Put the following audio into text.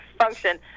function